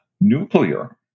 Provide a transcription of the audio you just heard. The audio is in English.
nuclear